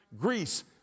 Greece